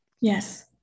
Yes